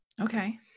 Okay